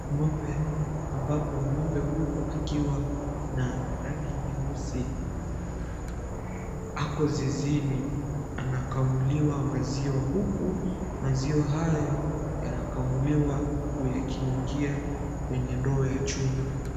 Ng'ombe ambapo ng'ombe huyo akiwa na rangi nyeusi na ako zizini anakamuliwa maziwa huku maziwa haya yanakamuliwa huku yakiingia kwenye ndoo ya chuma.